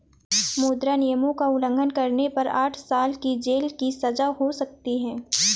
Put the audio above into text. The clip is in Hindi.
मुद्रा नियमों का उल्लंघन करने पर आठ साल की जेल की सजा हो सकती हैं